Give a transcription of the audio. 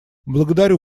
благодарю